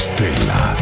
Stella